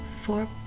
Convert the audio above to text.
four